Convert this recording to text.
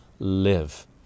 live